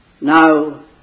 Now